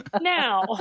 Now